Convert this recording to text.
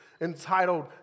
entitled